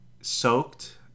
soaked